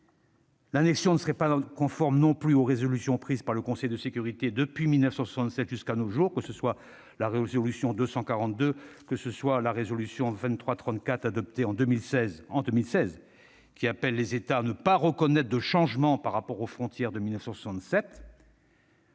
L'annexion ne serait pas non plus conforme aux résolutions prises par le Conseil de sécurité de 1967 à nos jours, qu'il s'agisse de la résolution 242 de 1967 ou de la résolution 2334, adoptée en 2016, qui appelle les États à ne pas reconnaître de changement par rapport aux frontières de 1967